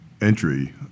entry